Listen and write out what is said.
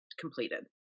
completed